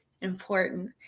important